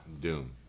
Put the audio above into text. Doom